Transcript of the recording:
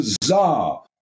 bizarre